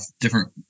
different